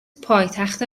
پایتخت